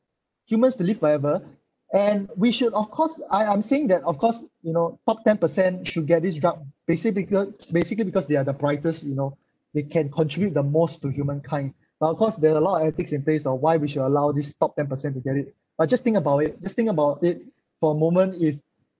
humans to live forever and we should of course I'm I'm saying that of course you know top ten percent should get this drug basic beca~ basically because they are the brightest you know they can contribute the most to humankind but of course there are a lot of ethics in place on why we should allow this top ten percent to get it but just think about it just think about it for a moment if